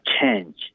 change